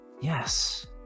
yes